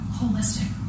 holistic